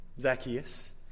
Zacchaeus